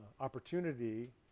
opportunity